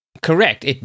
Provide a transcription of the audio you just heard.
Correct